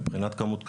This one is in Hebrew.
מבחינת כמות קרינה,